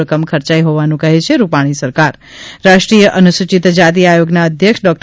રકમ ખર્ચાઇ હોવાનું કહે છે રૂપાણી સરકાર રાષ્ટ્રીય અનુસૂચિત જાતિ આયોગના અધ્યક્ષ ડોે